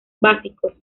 básicos